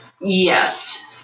Yes